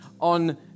on